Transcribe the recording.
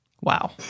Wow